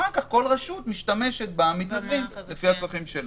ואחר כך כל רשות משתמשת במתנדבים לפי הצרכים שלה.